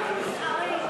אנחנו נסערים.